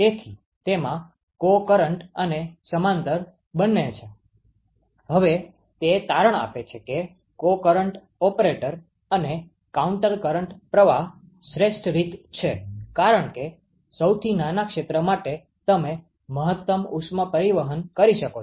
તેથી તેમાં co current અને સમાંતર બંને છે હવે તે તારણ આપે છે કે કો કરન્ટ ઓપરેટર અને કાઉન્ટર કરન્ટ પ્રવાહ શ્રેષ્ઠ રીત છે કારણ કે સૌથી નાના ક્ષેત્ર માટે તમે મહત્તમ ઉષ્મા પરિવહન કરી શકો છો